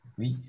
Oui